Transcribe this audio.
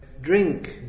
Drink